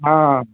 ହଁ